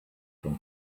from